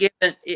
given